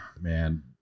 man